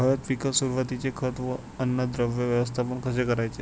हळद पिकात सुरुवातीचे खत व अन्नद्रव्य व्यवस्थापन कसे करायचे?